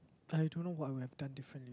I don't know what I would have done differently